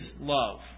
love